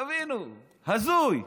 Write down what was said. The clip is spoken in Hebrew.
תבינו, הזוי.